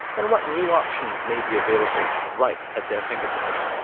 and what new options may be available right at their fingertips.